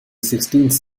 sixteenth